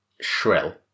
Shrill